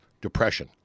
depression